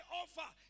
offer